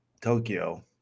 Tokyo